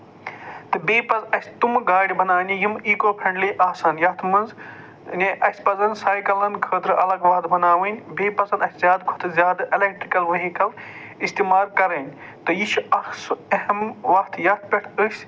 تہٕ بیٚیہِ پزٕ اَسہِ بیٚیہِ تِمہٕ گاڑِ بَناونہِ یِم اِکو فرینٛڈلی آسن یَتھ منٛز یعنے اَسہِ پَزَن سایکَلن خٲطرٕ اَلگ وَتھ بَناوٕنۍ بیٚیہِ پَزَن اَسہِ زیادٕ کھۄتہٕ زیادٕ ایلٮ۪کٹرٛک وِہِکٔل اِستعمال کَرٕنۍ تہٕ یہِ چھِ اَکھ سُہ أہم وَتھ یَتھ پٮ۪ٹھ أسۍ